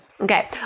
okay